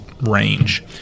range